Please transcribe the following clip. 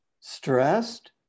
stressed